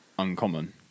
uncommon